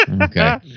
Okay